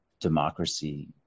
democracy